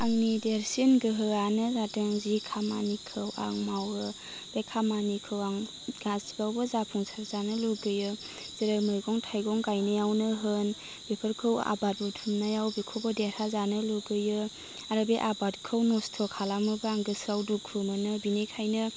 आंनि देरसिन गोहोयानो जादों जि खामानिखौ आं मावो बे खामानिखौ आं गासिबावबो जाफुंसार जानो लुगैयो जेरै मैगं थाइगं गाइनायावनो होन बेफोरखौ आबाद बुथुमनायाव बेखौबो देरहाजानो लुगैयो आरो बे आबादखौ नस्थ' खालामोबा आं गोसोयाव दुखु मोनो बिनिखायनो